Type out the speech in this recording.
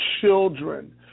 children